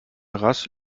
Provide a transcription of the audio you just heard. rast